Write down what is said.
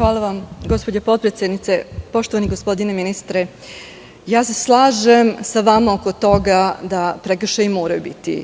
Hvala vam, gospođo potpredsednice. Poštovani gospodine ministre, slažem se sa vama oko toga da prekršaji moraju biti